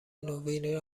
نوین